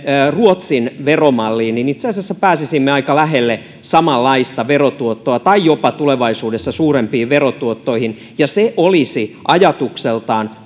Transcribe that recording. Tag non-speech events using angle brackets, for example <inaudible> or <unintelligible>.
ruotsin veromalliin niin itse asiassa pääsisimme aika lähelle samanlaista verotuottoa tai tulevaisuudessa jopa suurempiin verotuottoihin ja se olisi ajatukseltaan <unintelligible>